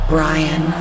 Brian